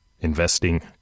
investing